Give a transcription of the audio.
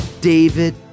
David